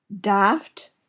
Daft